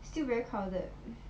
still very crowded